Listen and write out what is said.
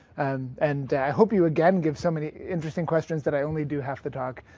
and and i hope you again give so many interesting questions that i only do half the talk.